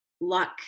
luck